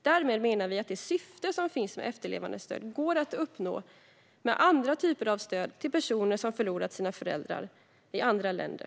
Därmed menar vi att det syfte som finns med efterlevandestöd går att uppnå med andra typer av stöd till personer som förlorat sina föräldrar i andra länder.